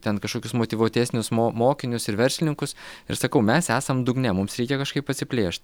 ten kažkokius motyvuotesnius mo mokinius ir verslininkus ir sakau mes esam dugne mums reikia kažkaip atsiplėšt